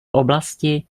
oblasti